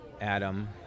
Adam